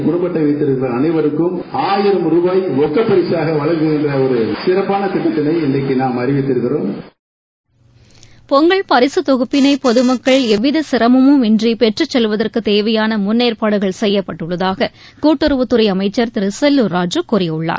குடுப்ப அட்டை வைத்திருக்கும் அனைவருக்கும் ஆயிரம் ரூபாய் ரொக்கப்பரிசாக வழங்குகின்ற சிறப்பான திட்டத்தினை இன்றைக்கு நாம் அறிவித்து இருக்கிறோம் பொங்கல் பரிசுத் தொகுப்பிளை பொதுமக்கள் எவ்வித சிரமமும் இன்றி பெற்றுச் செல்வதற்கு தேவையான முன்னேற்பாடுகள் செய்யப்பட்டுள்ளதாக கூட்டுறவுத் துறை அமைச்சர் திரு செல்லூர் ராஜு கூறியுள்ளார்